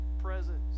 presence